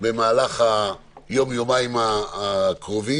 במהלך היום-יומיים הקרובים,